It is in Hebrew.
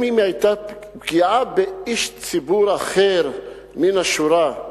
אם היתה פגיעה באיש ציבור אחר מן השורה,